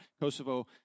Kosovo